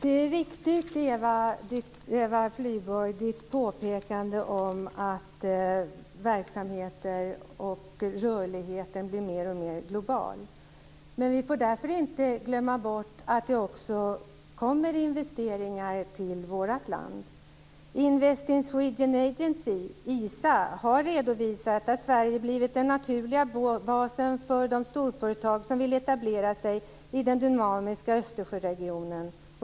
Fru talman! Eva Flyborgs påpekande om att verksamheter blir alltmer globala är riktigt. Men vi får därför inte glömma bort att vi också får investeringar till Sverige. Invest in Sweden Agency, ISA, har redovisat att Sverige blivit den naturliga basen för de storföretag som vill etablera sig i den dynamiska Östersjöregionen.